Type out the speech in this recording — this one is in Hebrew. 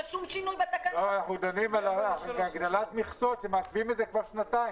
אנחנו דנים בהגדלת מכסות ומעכבים את זה כבר שנתיים.